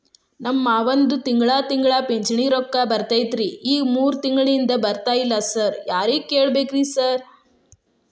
ನಮ್ ಮಾವಂದು ತಿಂಗಳಾ ತಿಂಗಳಾ ಪಿಂಚಿಣಿ ರೊಕ್ಕ ಬರ್ತಿತ್ರಿ ಈಗ ಮೂರ್ ತಿಂಗ್ಳನಿಂದ ಬರ್ತಾ ಇಲ್ಲ ಸಾರ್ ಯಾರಿಗ್ ಕೇಳ್ಬೇಕ್ರಿ ಸಾರ್?